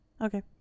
Okay